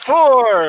Four